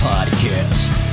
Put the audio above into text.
Podcast